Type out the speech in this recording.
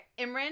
Imran